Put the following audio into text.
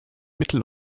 mittel